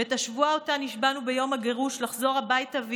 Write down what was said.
ואת השבועה שאותה נשבענו ביום הגירוש לחזור הביתה,